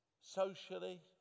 Socially